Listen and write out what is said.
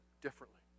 differently